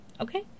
Okay